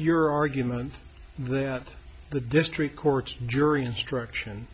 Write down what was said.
your argument the district court's jury instruction